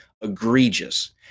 egregious